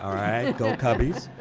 alright, go cubbies.